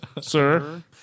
Sir